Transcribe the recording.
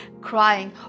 crying